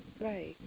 Right